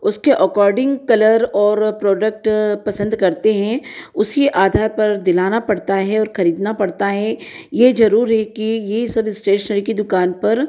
उसके according colour और product पसंद करते है उसी आधार पर दिलाना पड़ता हे और खरीदना पड़ता है ये जरूर है कि ये सब इस्टेशनरी की दुकान पर